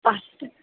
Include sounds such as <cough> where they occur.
পাঁচ <unintelligible>